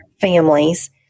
families